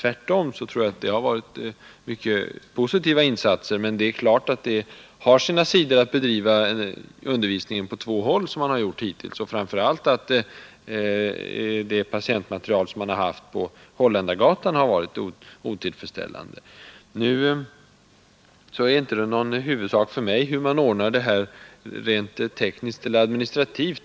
Tvärtom tror jag att man gjort mycket positiva insatser, men det är klart att det har sina sidor att, liksom hittills skett, bedriva undervisningen på två håll och framför allt att det patientmaterial man haft till förfogande på Holländargatan varit otillräckligt. Hur man ordnar saken rent tekniskt eller administrativt är emellertid inte någon huvudsak för mig.